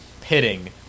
pitting